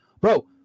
Bro